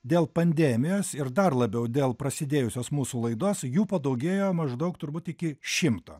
dėl pandemijos ir dar labiau dėl prasidėjusios mūsų laidos jų padaugėjo maždaug turbūt iki šimto